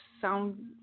sound